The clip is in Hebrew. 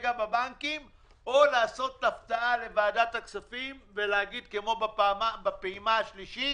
בבנקים או לעשות הפתעה לוועדת הכספים ולהגיד כמו בפעימה השלישית,